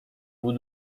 بود